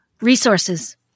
Resources